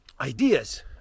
Ideas